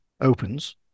opens